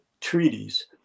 treaties